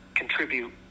contribute